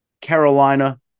Carolina